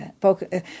focus